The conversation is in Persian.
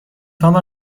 هامان